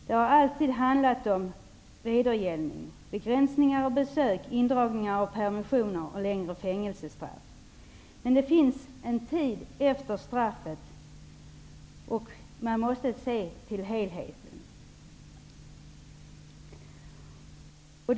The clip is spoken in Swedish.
Det har alltid handlat om vedergällning; Men det finns en tid efter straffet, och man måste se till helheten.